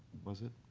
was it?